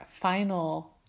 final